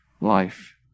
life